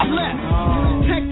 left